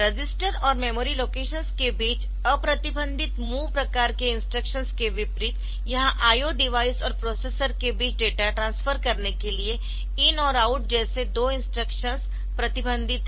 register और memory locations के बीच अप्रतिबंधित MOV प्रकार के इंस्ट्रक्शंस के विपरीत यहां IO डिवाइस और प्रोसेसर के बीच डेटा ट्रांसफर करने के लिए IN और OUT जैसे दो इंस्ट्रक्शंस प्रतिबंधित है